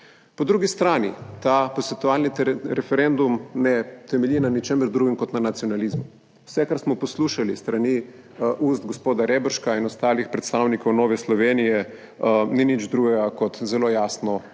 Po drugi strani ta posvetovalni referendum ne temelji na ničemer drugem kot na nacionalizmu. Vse, kar smo poslušali iz ust gospoda Reberška in ostalih predstavnikov Nove Slovenije, ni nič drugega kot zelo jasno